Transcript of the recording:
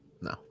No